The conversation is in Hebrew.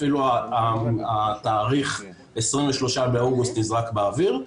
אפילו התאריך 23 באוגוסט נזרק באוויר,